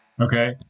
Okay